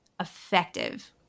effective